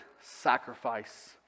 sacrifice